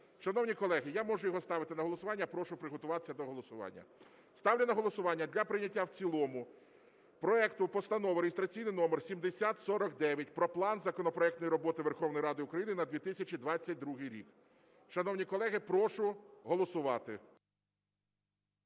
Шановні колеги, я можу його ставити на голосування, прошу приготуватися до голосування. Ставлю на голосування для прийняття в цілому проекту Постанови (реєстраційний номер 7049) про План законопроектної роботи Верховної Ради України на 2022 рік. Шановні колеги, прошу голосувати.